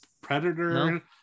Predator